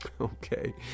Okay